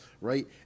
right